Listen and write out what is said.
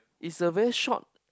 it's a very short